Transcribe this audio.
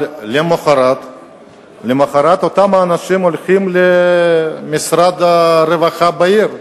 למחרת אותם אנשים הולכים למשרד הרווחה בעיר,